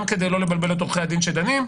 גם כדי לא לבלבל את עורכי הדין שדנים.